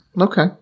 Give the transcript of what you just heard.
okay